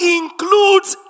includes